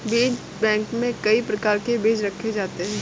बीज बैंक में कई प्रकार के बीज रखे जाते हैं